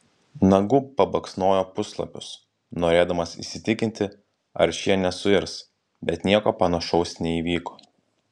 nagu pabaksnojo puslapius norėdamas įsitikinti ar šie nesuirs bet nieko panašaus neįvyko